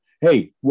hey